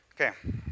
Okay